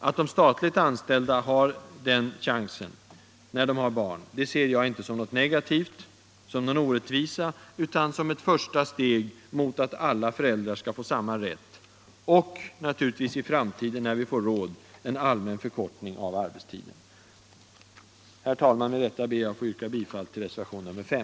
Att de statligt anställda har den chansen ser jag inte som något negativt, som någon orättvisa, utan som ett första steg mot att alla föräldrar får samma rätt — och naturligtvis i framtiden när vi har råd en allmän förkortning av arbetstiden. Herr talman! Med detta ber jag att få yrka bifall till reservationen 5.